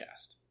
podcast